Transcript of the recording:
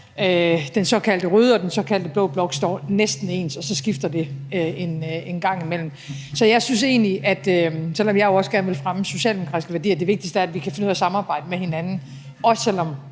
den såkaldte blå blok står næsten lige, og så skifter det en gang imellem. Så jeg synes egentlig, selv om jeg jo også gerne vil fremme socialdemokratiske værdier, at det er vigtigste er, at vi kan finde ud af at samarbejde med hinanden, også selv om